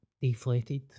deflated